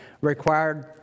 required